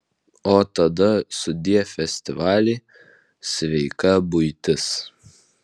o tada sudie festivaliai sveika buitis